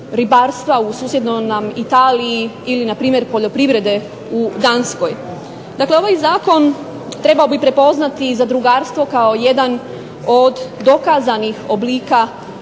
ribarstva u susjednoj nam Italiji ili na primjer poljoprivrede u Danskoj. Dakle, ovaj zakon trebao bi prepoznati i zadrugarstvo kao jedan od dokazanih oblika